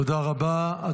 תודה רבה.